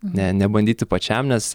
ne nebandyti pačiam nes